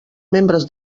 membres